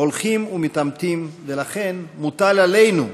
הולכים ומתמעטים, ולכן מוטל עלינו,